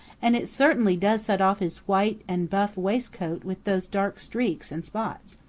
and it certainly does set off his white and buff waistcoat with those dark streaks and spots.